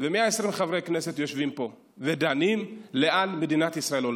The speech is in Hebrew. ו-120 חברי כנסת יושבים פה ודנים לאן מדינת ישראל הולכת.